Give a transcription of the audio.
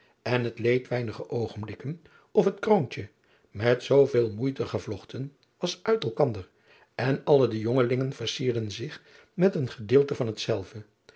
en het leed weinig oogenblikken of het kroontje met zooveel moeite gevlochten was uit elkander en alle de jongelingen versierden zich met een gedeelte van hetzelve